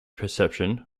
perception